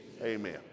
Amen